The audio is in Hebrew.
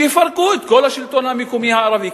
שיפרקו את כל השלטון המקומי הערבי.